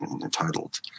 entitled